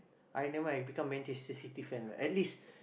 I never mind I become Manchester-City fan lah at least